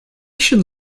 should